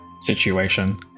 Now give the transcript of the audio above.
situation